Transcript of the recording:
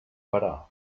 parar